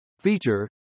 feature